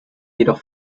jedoch